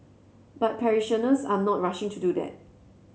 but parishioners are not rushing to do that